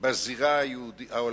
בזירה העולמית,